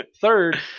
Third